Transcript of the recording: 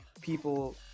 people